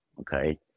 Okay